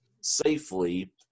safely